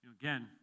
Again